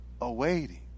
awaiting